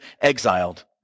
exiled